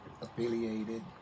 affiliated